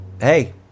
hey